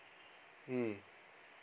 mm